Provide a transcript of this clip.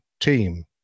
team